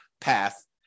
path